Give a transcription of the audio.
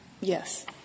Yes